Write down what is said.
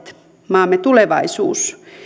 maamme tulevaisuus